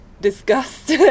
disgust